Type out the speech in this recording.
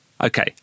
Okay